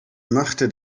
machte